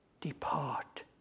Depart